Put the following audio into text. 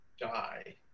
die